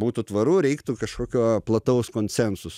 būtų tvaru reiktų kažkokio plataus konsensuso